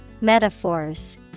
Metaphors